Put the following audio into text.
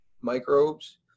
microbes